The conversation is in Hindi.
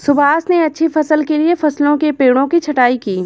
सुभाष ने अच्छी फसल के लिए फलों के पेड़ों की छंटाई की